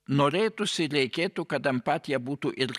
norėtųsi ir reikėtų kad empatija būtų ir